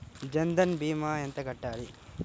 జన్ధన్ భీమా ఎంత కట్టాలి?